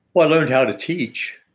well, i learned how to teach